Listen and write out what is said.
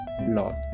Lord